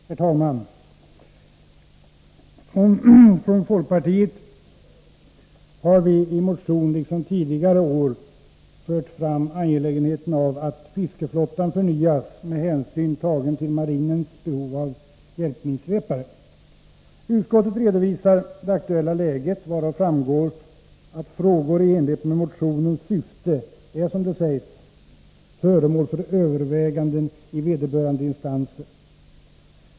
Herr talman! Vi har från folkpartiets sida i år liksom tidigare år i motion understrukit angelägenheten av att fiskeflottan förnyas med hänsyn till marinens behov av fältminsvepare. Utskottet redovisar det aktuella läget och framhåller att frågor i linje med motionens syfte är, som det heter, föremål för överväganden i vederbörande instanser.